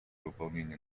выполнения